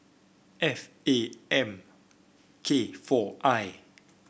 F A M K four I